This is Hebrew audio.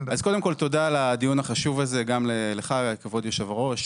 כבוד היושב ראש,